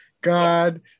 God